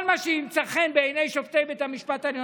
כל מה שימצא חן בעיני שופטי בית המשפט העליון,